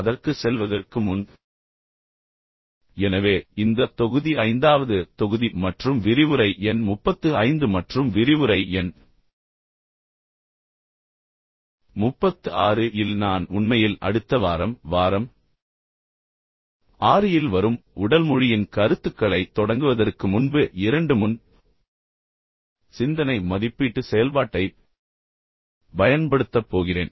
அதற்கு செல்வதற்கு முன் எனவே இந்த தொகுதி ஐந்தாவது தொகுதி மற்றும் விரிவுரை எண் 35 மற்றும் விரிவுரை எண் 36 இல் நான் உண்மையில் அடுத்த வாரம் வாரம் 6 இல் வரும் உடல் மொழியின் கருத்துக்களைத் தொடங்குவதற்கு முன்பு இரண்டு முன் சிந்தனை மதிப்பீட்டு செயல்பாட்டைப் பயன்படுத்தப் போகிறேன்